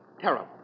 terrible